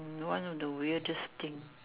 one of the weirdest thing